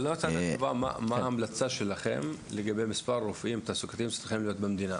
מה ההמלצה שלכם לגבי מספר הרופאים התעסוקתיים שצריכים להיות במדינה?